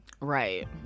Right